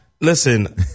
Listen